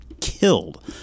killed